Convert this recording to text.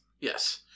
Yes